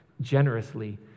generously